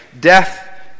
Death